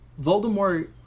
Voldemort